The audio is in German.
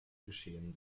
geschehen